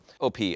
OP